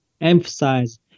emphasize